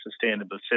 sustainable